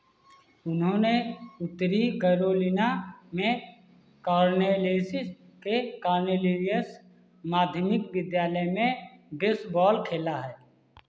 उन्होंने उत्तरी करोलिना में कॉर्नेलेसिस के कॉर्नेलियस माध्यमिक विद्यालय में बेसबॉल खेला है